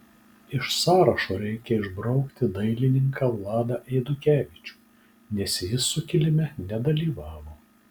iš sąrašo reikia išbraukti dailininką vladą eidukevičių nes jis sukilime nedalyvavo